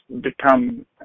become